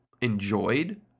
enjoyed